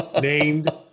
named